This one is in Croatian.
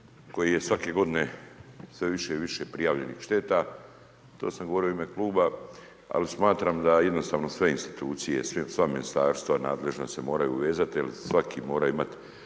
koji je svake g. sve više i više prijavljenih šteta, to sam govorio u ime kluba, ali smatram da jednostavno sve institucije, sva ministarstva nadležna se moraju vezati, jer svaki mora imati